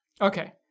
Okay